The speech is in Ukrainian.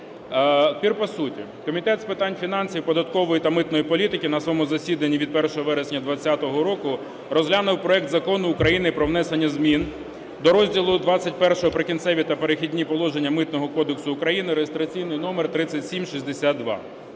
Тепер по суті. Комітет з питань фінансів, податкової та митної політики на своєму засіданні від 1 вересня 2020 року розглянув проект Закону України про внесення змін до розділу ХХІ "Прикінцеві та перехідні положення" Митного кодексу України (реєстраційний номер 3762),